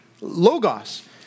Logos